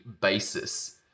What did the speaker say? basis